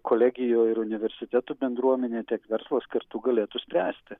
kolegijų ir universitetų bendruomenė tiek verslas kartu galėtų spręsti